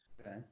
Okay